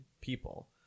people